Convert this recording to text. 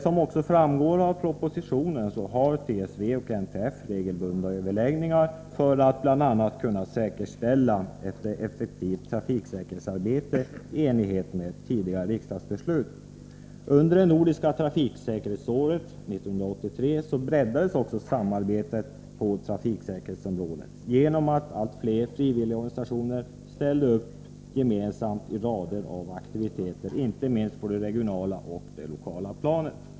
Som också framgår av propositionen har TSV och NTF regelbundna överläggningar för att bl.a. kunna säkerställa ett effektivt trafiksäkerhetsarbete i enlighet med tidigare riksdagsbeslut. Under det nordiska trafiksäkerhetsåret 1983 breddades också samarbetet på trafiksäkerhetsområdet genom att allt fler frivilligorganisationer ställde upp gemensamt i rader av aktiviteter, inte minst på det regionala och det lokala planet.